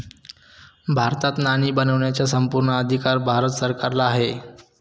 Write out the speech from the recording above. भारतात नाणी बनवण्याचा संपूर्ण अधिकार भारत सरकारला आहे